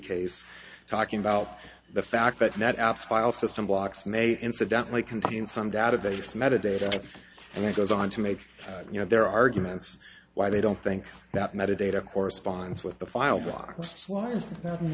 case talking about the fact that net apps file system blocks may incidentally contain some database metadata and it goes on to make you know their arguments why they don't think that metadata corresponds with the file blocks lines t